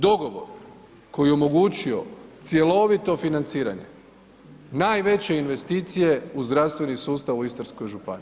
Dogovor koji je omogućio cjelovito financiranje najveće investicije u zdravstveni sustav u Istarskoj županiji.